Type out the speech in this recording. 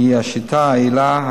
היא השיטה היעילה,